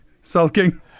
sulking